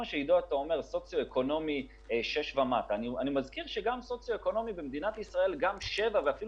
אני מזכיר שגם סוציו אקונומי שבע ואפילו